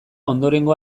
ondorengo